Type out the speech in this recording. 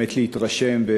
באמת להתרשם,